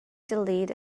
delete